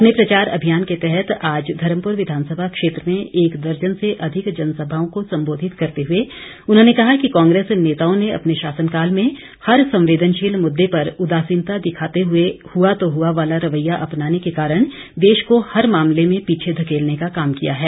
अपने प्रचार अभियान के तहत आज धर्मपुर विधानसभा क्षेत्र में एक दर्जन से अधिक जनसभाओं को संबोधित करते हुए उन्होंने कहा कि कांग्रेस नेताओं ने अपने शासनकाल में हर संवेदनशील मुद्दे पर उदासीनता दिखाते हुए हुआ तो हुआ वाला रवैया अपनाने के कारण देश को हर मामले में पीछे धकेलने का काम किया है